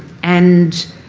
and